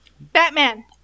Batman